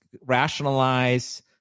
rationalize